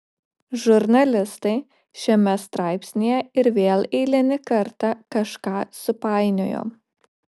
žurnalistai šiame straipsnyje ir vėl eilinį kartą kažką supainiojo